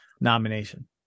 nomination